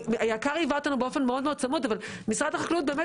היק"ר ליווה אותנו באופן מאוד מאוד צמוד אבל משרד החקלאות,